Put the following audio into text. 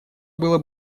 было